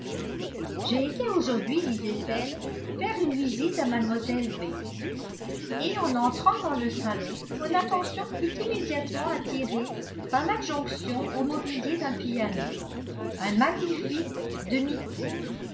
j'ai été aujourd'hui disait-elle faire une visite à mlle bates et en entrant dans le salon mon attention fut immédiatement attirée par l'adjonction au mobilier d'un piano un magnifique